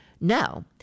No